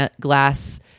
glass